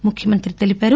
ముఖ్యమంత్రి తెలిపారు